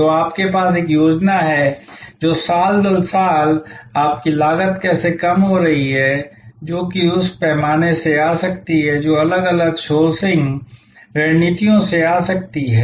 तो आपके पास एक योजना है जो साल दर साल है कि आपकी लागत कैसे कम हो रही है जो कि उस पैमाने से आ सकती है जो अलग अलग सोर्सिंग रणनीतियों से आ सकती है